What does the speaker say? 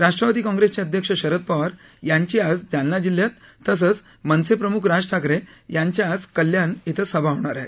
राष्ट्रवादी काँगेसचे अध्यक्ष शरद पवार यांची आज जालना जिल्ह्यात तसंच मनसे प्रमुख राज ठाकरे यांच्या आज कल्याण इथं सभा होणार आहेत